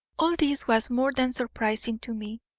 all this was more than surprising to me,